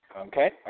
okay